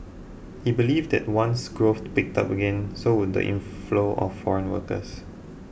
he believed that once growth picked up again so would the inflow of foreign workers